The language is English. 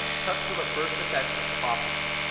such were the first effects of property,